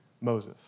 Moses